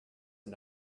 and